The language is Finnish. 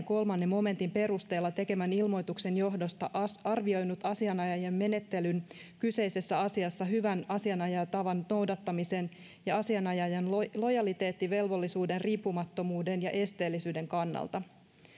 kolmannen momentin perusteella tekemän ilmoituksen johdosta arvioinut asianajajien menettelyn kyseisessä asiassa hyvän asianajotavan noudattamisen ja asianajajan lojaliteettivelvollisuuden riippumattomuuden ja esteellisyyden kannalta